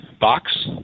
box